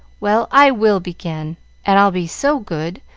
well, i will begin and i'll be so good,